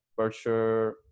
virtual